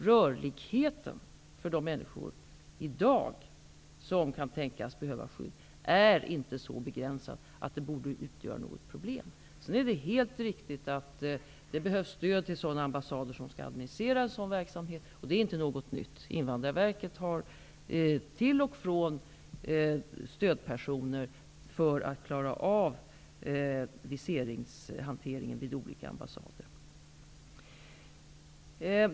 Rörligheten för de människor som i dag kan tänkas behöva skydd är inte så begränsad att den borde utgöra något problem. Sedan är det helt riktigt att det behövs stöd till sådana ambassader som skall administrera en sådan verksamhet, vilket inte är något nytt. Invandrarverket har till och från stödpersoner för att klara av viseringshanteringen vid olika ambassader.